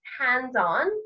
hands-on